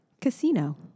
Casino